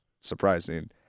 surprising